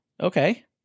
okay